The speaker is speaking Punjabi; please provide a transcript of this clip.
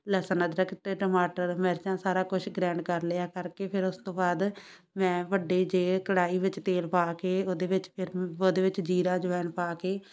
ਲਸਣ ਅਦਰਕ ਅਤੇ ਟਮਾਟਰ ਮਿਰਚਾਂ ਸਾਰਾ ਕੁਛ ਗ੍ਰੈਂਡ ਕਰ ਲਿਆ ਕਰਕੇ ਫਿਰ ਉਸ ਤੋਂ ਬਾਅਦ ਮੈਂ ਵੱਡੇ ਜਿਹੇ ਕੜਾਹੀ ਵਿੱਚ ਤੇਲ ਪਾ ਕੇ ਉਹਦੇ ਵਿੱਚ ਫਿਰ ਉਹਦੇ ਵਿੱਚ ਜੀਰਾ ਅਜਵੈਣ ਪਾ ਕੇ